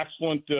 excellent